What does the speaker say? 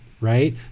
right